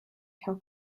her